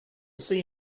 see